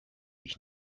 ich